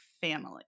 family